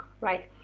right